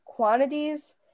quantities